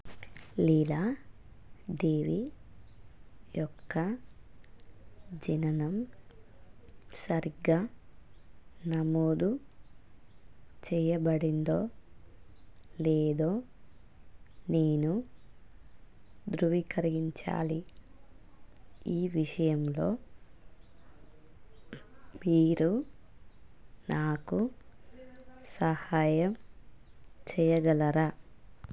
లీలా దేవి యొక్క జననం సరిగ్గా నమోదు చెయ్యబడిందో లేదో నేను ధృవీకరించాలి ఈ విషయంలో మీరు నాకు సహాయం చేయగలరా